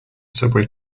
subway